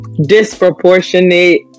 disproportionate